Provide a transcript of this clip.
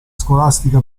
scolastica